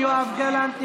יואב גלנט,